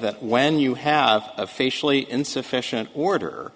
that when you have officially insufficient order